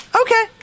Okay